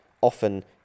Often